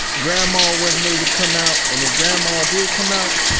grandma wasn't able to come out, and if grandma did come out,